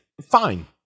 Fine